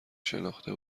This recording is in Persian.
شناخته